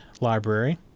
library